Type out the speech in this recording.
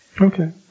Okay